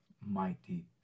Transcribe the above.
mighty